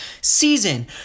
season